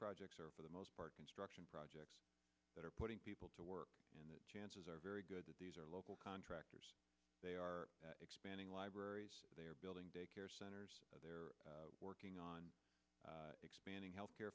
projects are for the most part construction projects that are putting people to work in the chances are very good that these are local contractors they are expanding libraries they are building daycare centers they're working on expanding health care